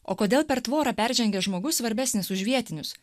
o kodėl per tvorą peržengęs žmogus svarbesnis už vietinius